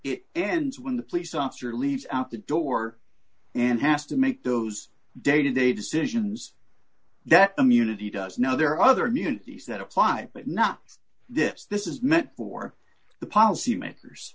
it ends when the police officer leaves out the door and has to make those day to day decisions that immunity does know there are other immunities that apply but not this this is meant for the policy makers